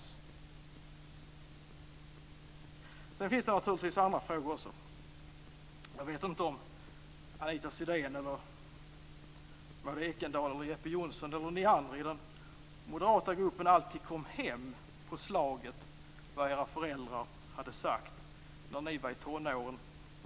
Sedan finns det naturligtvis också andra frågor. Johnsson alltid kom hem på slaget vad era föräldrar sagt när ni var i tonåren.